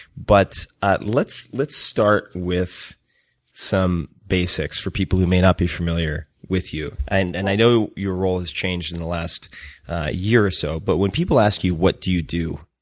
but let's let's start with some basics for people who may not be familiar with you. and and i now your role has changed in the last year or so. but when people ask you, what do you do,